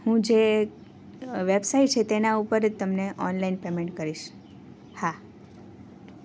હું જે વેબસાઇટ છે તેના ઉપર જ તમને ઓનલાઈન પેમેન્ટ કરીશ હા